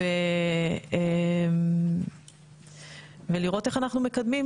הזה, ולראות איך אנחנו מקדמים.